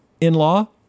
In-Law